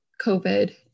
COVID